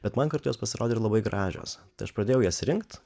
bet man kartu jos pasirodė ir labai gražios tad pradėjau jas rinkt